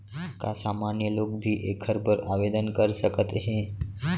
का सामान्य लोग भी एखर बर आवदेन कर सकत हे?